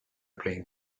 playing